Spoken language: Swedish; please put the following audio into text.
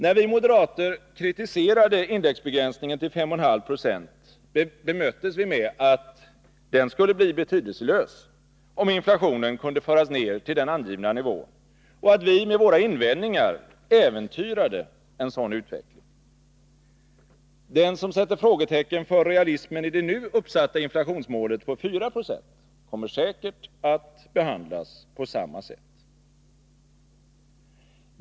När vi moderater kritiserade indexbegränsningen till 5,5 26, bemöttes vi med att den skulle bli betydelselös, om inflationen kunde föras ned till den angivna nivån, och att vi med våra invändningar äventyrade en sådan utveckling. Den som sätter frågetecken för realismen i det nu uppsatta inflationsmålet på 4 26 kommer säkert att behandlas på samma sätt.